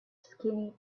skinny